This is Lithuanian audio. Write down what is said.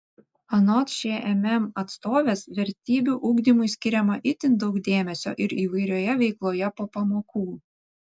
anot šmm atstovės vertybių ugdymui skiriama itin daug dėmesio ir įvairioje veikloje po pamokų